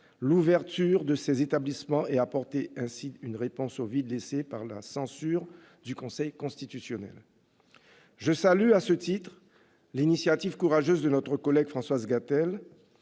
l'ouverture de ces établissements et apporter ainsi une réponse au vide laissé par la censure du Conseil constitutionnel. Je salue à ce titre l'initiative courageuse de notre collègue Françoise Gatel